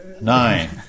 Nine